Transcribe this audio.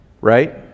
right